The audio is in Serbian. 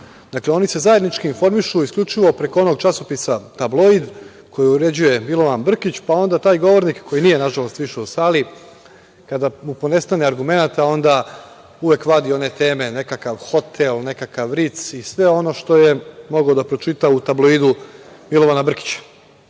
izvora. Dakle, oni se zajednički informišu isključivo preko onog časopisa, „Tabloid“, koji uređuje Milovan Brkić, pa onda taj govornik, koji nije nažalost više u sali, kada mu ponestane argumenata onda uvek vadi one teme, nekakav hotel, nekakav ric i sve ono što je mogao da pročita u „Tabloidu“ Milovana Brkića. Ali,